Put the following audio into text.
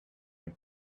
had